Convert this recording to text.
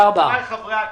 רבותיי חברי הכנסת,